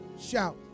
Shout